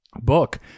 book